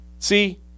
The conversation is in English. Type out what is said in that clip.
See